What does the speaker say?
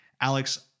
Alex